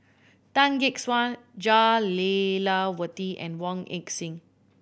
Tan Gek Suan Jah Lelawati and Wong Heck Sing